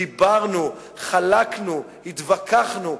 דיברנו, חלקנו, התווכחנו.